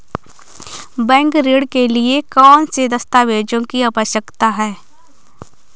Bank ऋण के लिए कौन से दस्तावेजों की आवश्यकता है?